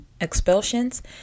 expulsions